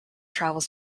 travels